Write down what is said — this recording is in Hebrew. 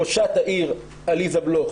ראשת העיר עליזה בלוך